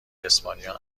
اسپانیا